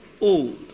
Old